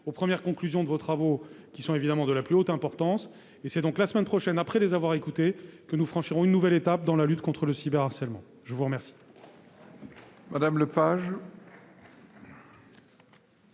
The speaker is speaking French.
aux premières conclusions de vos travaux, qui sont évidemment de la plus haute importance. C'est donc la semaine prochaine, après en avoir pris connaissance, que nous franchirons une nouvelle étape dans la lutte contre le cyberharcèlement. La parole